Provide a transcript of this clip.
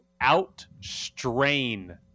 out-strain